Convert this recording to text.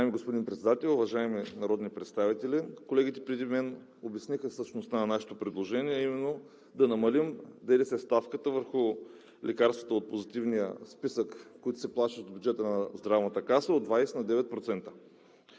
Уважаеми господин Председател, уважаеми народни представители! Колегите преди мен обясниха същността на нашето предложение, а именно да намалим ДДС ставката върху лекарствата от позитивния списък, които се плащат от бюджета на Здравната каса, от 20 на 9%.